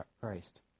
Christ